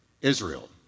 Israel